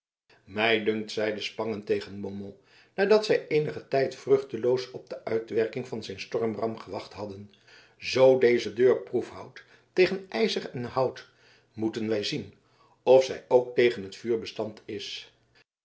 mij dunkt zeide spangen tegen beaumont nadat zij eenigen tijd vruchteloos op de uitwerking van zijn stormram gewacht hadden zoo deze deur proef houdt tegen ijzer en hout moesten wij zien of zij ook tegen het vuur bestand is